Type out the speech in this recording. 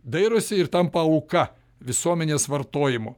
dairosi ir tampa auka visuomenės vartojimo